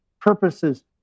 purposes